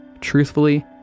truthfully